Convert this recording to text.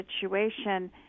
situation